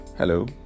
Hello